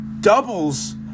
doubles